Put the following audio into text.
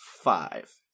five